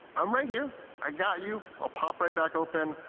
i'm right here, i got you, i'll pop right back open.